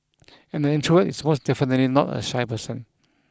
and the introvert is most definitely not a shy person